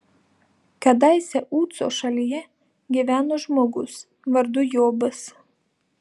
kadaise uco šalyje gyveno žmogus vardu jobas